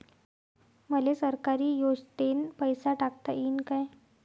मले सरकारी योजतेन पैसा टाकता येईन काय?